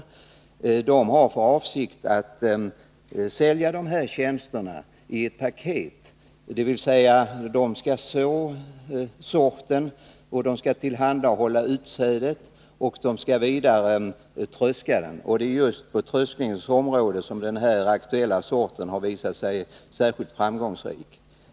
Lantbrukarna har för avsikt att sälja dessa tjänster i ett paket: de skall så sorten, tillhandahålla utsäde och också tröska den. Och det är just på tröskningens område som den här aktuella sorten visat sig särskilt lämplig.